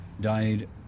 died